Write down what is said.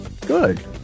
Good